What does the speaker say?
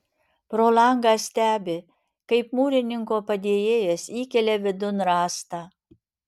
pro langą stebi kaip mūrininko padėjėjas įkelia vidun rąstą